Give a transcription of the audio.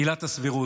עילת הסבירות.